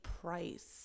price